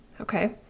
Okay